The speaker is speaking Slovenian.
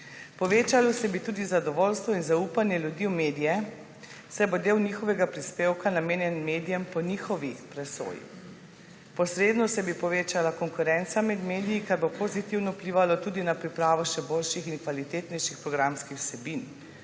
Povečalo se bi tudi zadovoljstvo in zaupanje ljudi v medije, saj bo del njihovega prispevka namenjeno medijem po njihovi presoji. Posredno se bi povečala konkurenca med mediji, kar bo pozitivno vplivalo tudi na pripravo še boljših in kvalitetnejših programskih vsebin.